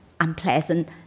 unpleasant